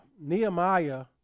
Nehemiah